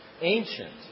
ancient